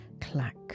Clack